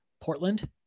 Portland